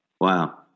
Wow